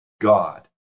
God